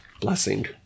blessing